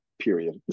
Period